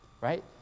Right